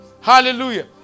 Hallelujah